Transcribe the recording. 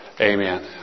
Amen